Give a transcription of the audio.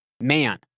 Man